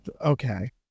okay